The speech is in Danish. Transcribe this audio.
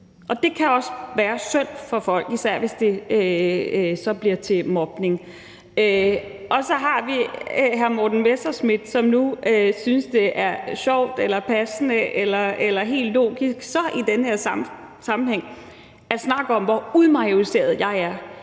det kan også være synd for folk, især hvis det så bliver til mobning – og så har vi hr. Morten Messerschmidt, som nu synes, det er sjovt eller passende eller helt logisk i den sammenhæng at snakke om, hvor majoriseret jeg er.